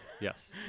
yes